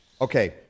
Okay